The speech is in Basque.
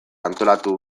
antolatu